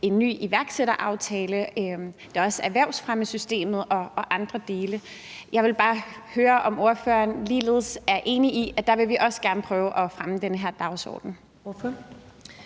en ny iværksætteraftale, og der er også erhvervsfremmesystemet og andre dele. Jeg vil bare høre, om ordføreren er enig i, at vi ligeledes der gerne vil prøve at fremme den her dagsorden.